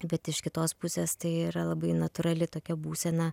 bet iš kitos pusės tai yra labai natūrali tokia būsena